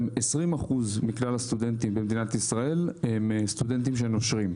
20% מכלל הסטודנטים במדינת ישראל הם סטודנטים שנושרים.